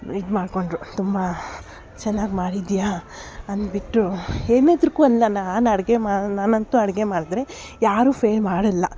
ಇದು ಮಾಡ್ಕೊಂಡ್ರು ತುಂಬ ಚೆನ್ನಾಗಿ ಮಾಡಿದ್ಯಾ ಅನ್ಬಿಟ್ಟು ಎನಾದ್ರಕು ಅನ್ನಲ್ಲ ನಾನು ಅಡಿಗೆ ಮಾ ನಾನಂತು ಅಡಿಗೆ ಮಾಡಿದ್ರೆ ಯಾರು ಫೈಲ್ ಮಾಡಲ್ಲ